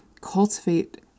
cultivate